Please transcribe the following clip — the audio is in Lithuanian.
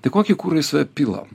tai kokį kurą į save pilam